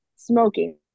Smoking